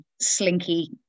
slinky